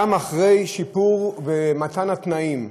גם אחרי שיפור ומתן התנאים.